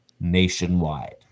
nationwide